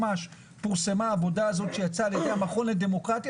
עת פורסמה העבודה הזאת שיצאה על ידי המכון לדמוקרטיה